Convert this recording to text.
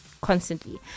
constantly